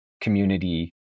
community